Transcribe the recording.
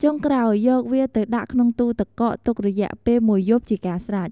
ចុងក្រោយ យកវាទៅដាក់ក្នុងទូរទឹកកកទុករយៈពេលមួយយប់ ជាការស្រេច។